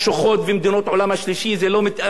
זה לא מתאים למדינת ישראל.